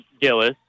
Gillis